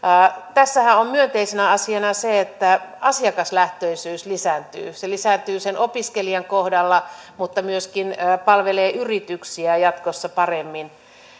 tässähän on myönteisenä asiana se että asiakaslähtöisyys lisääntyy se lisääntyy sen opiskelijan kohdalla mutta se myöskin palvelee yrityksiä jatkossa paremmin